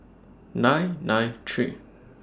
nine nine three